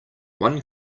one